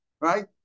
Right